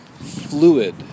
fluid